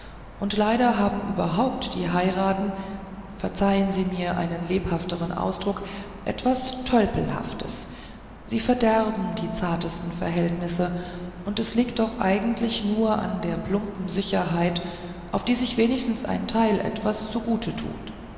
und leider haben überhaupt die heiraten verzeihen sie mir einen lebhafteren ausdruck etwas tölpelhaftes sie verderben die zartesten verhältnisse und es liegt doch eigentlich nur an der plumpen sicherheit auf die sich wenigstens ein teil etwas zugute tut